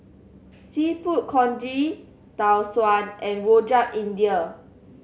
Seafood Congee Tau Suan and Rojak India